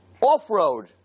off-road